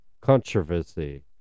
controversy